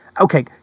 Okay